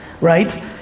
right